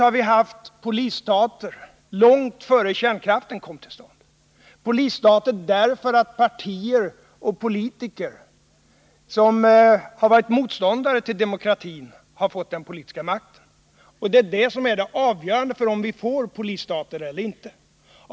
Däremot har polisstater funnits långt innan kärnkraften kom till — därför att partier och politiker som varit motståndare till demokratin fått den politiska makten. Det är det som är avgörande för om vi får polisstater eller inte.